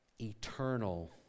eternal